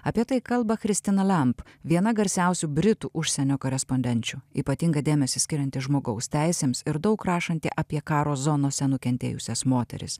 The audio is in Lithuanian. apie tai kalba christina lemp viena garsiausių britų užsienio korespondenčių ypatingą dėmesį skirianti žmogaus teisėms ir daug rašanti apie karo zonose nukentėjusias moteris